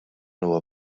huwa